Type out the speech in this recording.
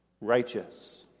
righteous